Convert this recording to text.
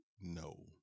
no